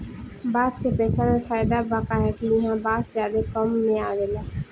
बांस के पेसा मे फायदा बा काहे कि ईहा बांस ज्यादे काम मे आवेला